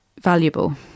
valuable